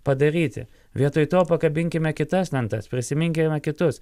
padaryti vietoj to pakabinkime kitas lentas prisiminkime kitus